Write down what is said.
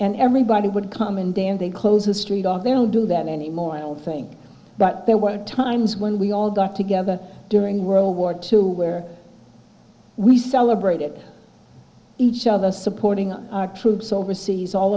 and everybody would come in damn they close the street off they will do that anymore i don't think but there were times when we all got together during world war two where we celebrated each other supporting our troops overseas all